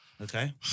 Okay